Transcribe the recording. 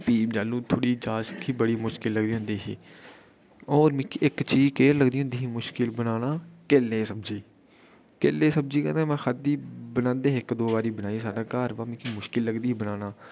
फ्ही जाल्लू थोह्ड़ी जाच सिक्खी बड़ी मुश्कल लगदी होंदी ही होर मिकी इक चीज केह् लगदी होंदी ही मुश्कल बनाना केले दी सब्जी केले दी सब्जी में खाद्धी बनांदे हे इक दो बारी बनाई साढ़े घर बा मिकी मुश्कल लगदी ही बनाना